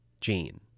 Gene